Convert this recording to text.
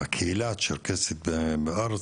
הקהילה הצ'רקסית בארץ.